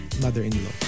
mother-in-law